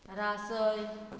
रासय